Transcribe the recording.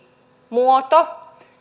muoto